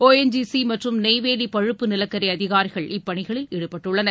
ஒ N G C மற்றும் நெய்வேலி பழுப்பு நிலக்கரி அதிகாரிகள் இப்பணிகளில் ஈடுபட்டுள்ளனர்